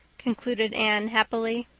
concluded anne happily.